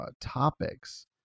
topics